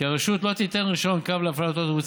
כי הרשות לא תיתן רישיון קו להפעלת אוטובוס